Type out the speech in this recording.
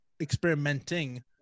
experimenting